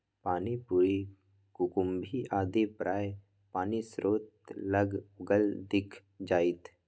पानिपरी कुकुम्भी आदि प्रायः पानिस्रोत लग उगल दिख जाएत